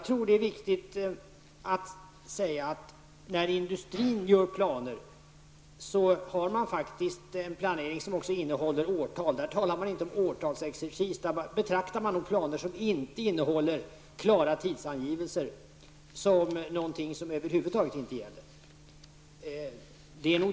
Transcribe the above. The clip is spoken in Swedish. När industrin gör planer har man faktiskt en planering som också innehåller årtal. Där talar man inte om årtalsexercis. Där betraktar man nog planer som inte innehåller klara tidsangivelser som någonting som över huvud taget inte gäller.